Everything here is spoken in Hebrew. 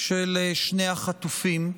של שני החטופים.